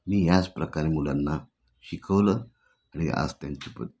मी याचप्रकारे मुलांना शिकवलं आणि आज त्यांची प